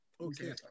Okay